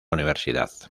universidad